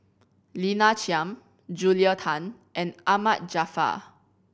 Lina Chiam Julia Tan and Ahmad Jaafar